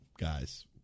guys